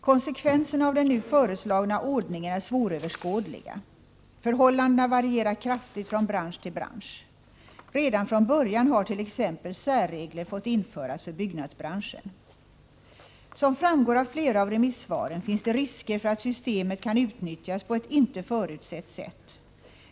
Konsekvenserna av den nu föreslagna ordningen är svåröverskådliga. Förhållandena varierar kraftigt från bransch till bransch. Redan från början har t.ex. särregler fått införas för byggnadsbranschen. Som framgår av flera av remissvaren finns det risker för att systemet kan utnyttjas på ett inte förutsett sätt.